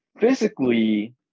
physically